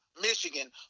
Michigan